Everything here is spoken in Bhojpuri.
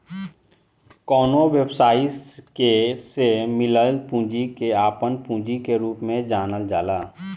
कवनो व्यवसायी के से मिलल पूंजी के आपन पूंजी के रूप में जानल जाला